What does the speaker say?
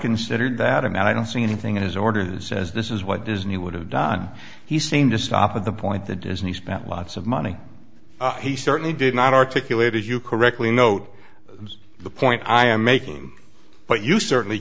considered that and i don't see anything in his order that says this is what it is and he would have done he seemed to stop at the point that isn't he spent lots of money he certainly did not articulate as you correctly note the point i am making but you certainly